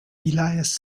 elias